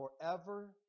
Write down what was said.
forever